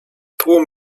tłum